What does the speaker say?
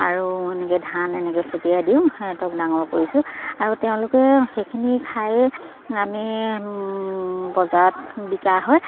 আৰু এনেকে ধান এনেকে চতিয়াই দিওঁ সিহঁতক ডাঙৰ কৰিছোঁ আৰু তেওঁলোকে সেইখিনি খাইয়ে আমি বজাৰত বিকা হয়